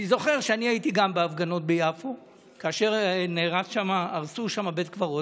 אני זוכר שגם אני הייתי בהפגנות ביפו כאשר הרסו שם בית קברות,